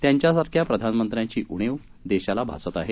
त्यांच्यासारख्या प्रधानमंत्र्याची उणी देशाला भासत आहे